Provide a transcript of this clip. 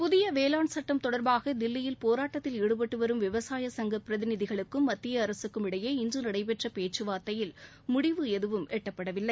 புதிய வேளாண் சுட்டம் தொடர்பாக தில்லியில் போராட்டத்தில் ஈடுபட்டு வரும் விவசாய சங்கப் பிரதிநிதிகளுக்கும் மத்திய அரசிற்கும் இடையே இன்று நடைபெற்ற பேச்சுவார்த்தையில் முடிவு எதுவும் எட்டப்படவில்லை